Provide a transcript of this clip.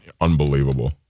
unbelievable